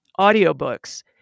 audiobooks